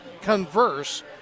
converse